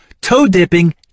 toe-dipping